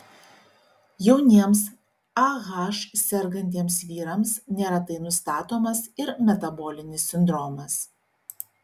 jauniems ah sergantiems vyrams neretai nustatomas ir metabolinis sindromas